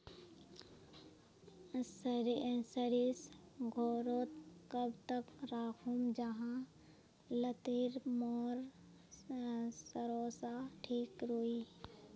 सरिस घोरोत कब तक राखुम जाहा लात्तिर मोर सरोसा ठिक रुई?